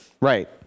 Right